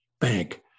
bank